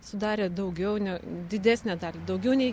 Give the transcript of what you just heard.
sudarė daugiau ne didesnę dalį daugiau nei